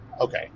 Okay